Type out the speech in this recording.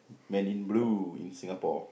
man in blue in Singapore